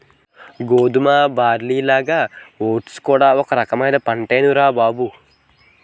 గోధుమ, బార్లీలాగా ఓట్స్ కూడా ఒక రకమైన పంటేనురా బాబూ